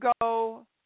go